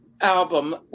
album